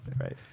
right